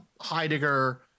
Heidegger